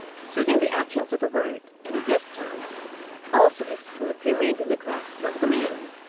suiting the action to the word, and this time also his foot remained in the grasp of the man.